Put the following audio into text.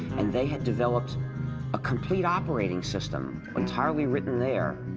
and they had developed a complete operating system, entirely written there.